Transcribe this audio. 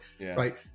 right